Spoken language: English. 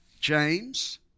James